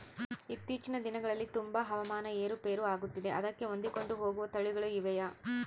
ಇತ್ತೇಚಿನ ದಿನಗಳಲ್ಲಿ ತುಂಬಾ ಹವಾಮಾನ ಏರು ಪೇರು ಆಗುತ್ತಿದೆ ಅದಕ್ಕೆ ಹೊಂದಿಕೊಂಡು ಹೋಗುವ ತಳಿಗಳು ಇವೆಯಾ?